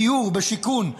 דיור ושיכון.